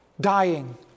dying